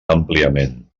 àmpliament